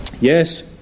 Yes